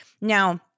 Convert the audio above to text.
Now